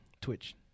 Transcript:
twitch